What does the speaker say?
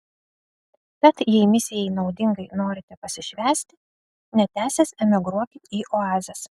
tad jei misijai naudingai norite pasišvęsti netęsęs emigruokit į oazes